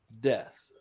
death